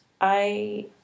I